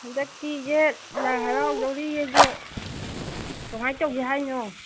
ꯍꯟꯗꯛꯇꯤ ꯌꯦꯠ ꯂꯥꯏ ꯍꯥꯔꯥꯎꯗꯣꯔꯤ ꯑꯗꯨ ꯀꯃꯥꯏ ꯇꯧꯁꯤ ꯍꯥꯏꯅꯣ